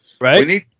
Right